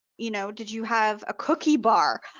you know did you have a cookie bar?